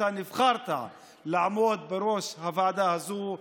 אתה נבחרת לעמוד בראש הוועדה הזאת,